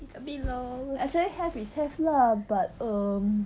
actually have is have lah but um